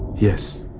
yes.